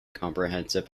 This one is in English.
comprehensive